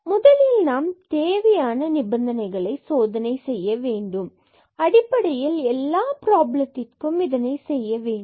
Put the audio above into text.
முதலில் நாம் தேவையான நிபந்தனைகளை சோதனை செய்ய வேண்டும் மற்றும் அடிப்படையில் எல்லா பிராப்லத்திற்கும் இதனை செய்யவேண்டும்